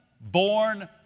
born